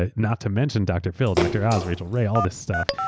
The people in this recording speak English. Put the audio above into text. ah not to mention dr. phil, dr. oz, rachel ray, all this stuff.